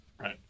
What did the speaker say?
Right